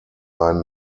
einen